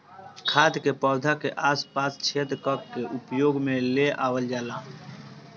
खाद के पौधा के आस पास छेद क के उपयोग में ले आवल जाला